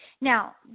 Now